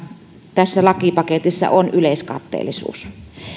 tässä lakipaketissa on yleiskatteellisuus